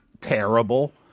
terrible